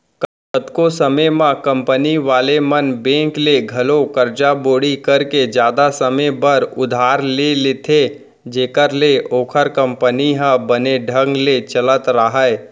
कतको समे म कंपनी वाले मन बेंक ले घलौ करजा बोड़ी करके जादा समे बर उधार ले लेथें जेखर ले ओखर कंपनी ह बने ढंग ले चलत राहय